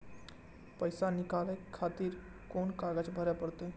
पैसा नीकाले खातिर कोन कागज भरे परतें?